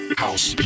house